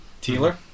Taylor